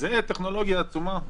זה טכנולוגיה עצומה?